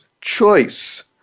choice